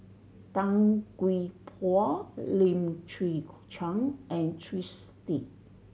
Tan Gee Paw Lim Chwee Chian and Twisstii